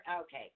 okay